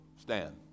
stand